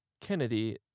Kennedy